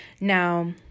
Now